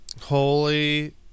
holy